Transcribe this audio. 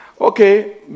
Okay